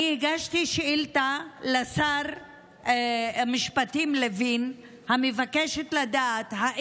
אני הגשתי שאילתה לשר המשפטים לוין המבקשת לדעת אם